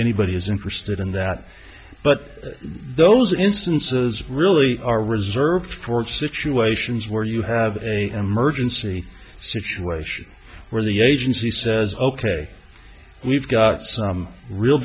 anybody is interested in that but those instances really are reserved for situations where you have an emergency situation where the agency says ok we've got some real